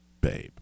Babe